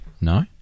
No